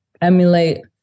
emulate